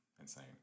insane